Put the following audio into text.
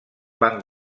van